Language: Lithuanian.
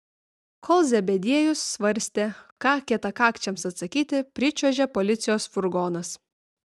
kol zebediejus svarstė ką kietakakčiams atsakyti pričiuožė policijos furgonas